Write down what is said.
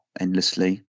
endlessly